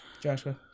Joshua